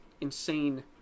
insane